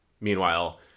Meanwhile